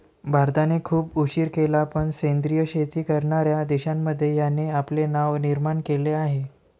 भारताने खूप उशीर केला पण सेंद्रिय शेती करणार्या देशांमध्ये याने आपले नाव निर्माण केले आहे